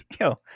Yo